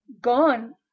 gone